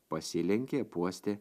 pasilenkė apuostė